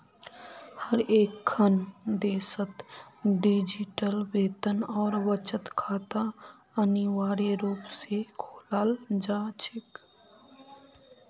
हर एकखन देशत डिजिटल वेतन और बचत खाता अनिवार्य रूप से खोलाल जा छेक